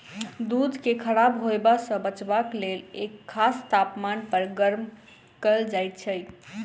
दूध के खराब होयबा सॅ बचयबाक लेल एक खास तापमान पर गर्म कयल जाइत छै